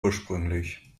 ursprünglich